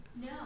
No